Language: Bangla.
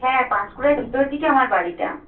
হ্যাঁ পাঁশকুড়ায় ভিতর দিকে আমার বাড়িটা